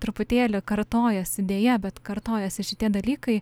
truputėlį kartojasi deja bet kartojasi šitie dalykai